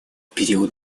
период